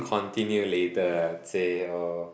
continue later ah say or